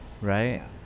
right